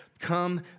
Come